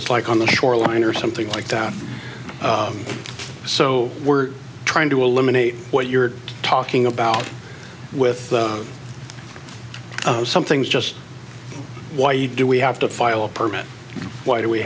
it's like on the shoreline or something like that so we're trying to eliminate what you're talking about with some things just why you do we have to file a permit why do we